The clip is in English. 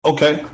Okay